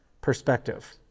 perspective